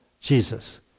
Jesus